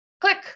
click